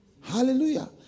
hallelujah